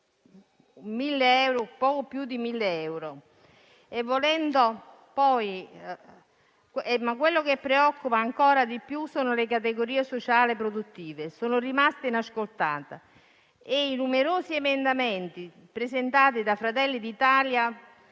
poco più di 1.000 euro. A preoccupare ancora di più sono le categorie sociali produttive, che sono rimaste inascoltate. I numerosi emendamenti presentati da Fratelli d'Italia